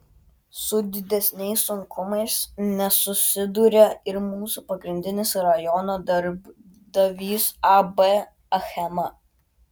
su didesniais sunkumais nesusiduria ir mūsų pagrindinis rajono darbdavys ab achema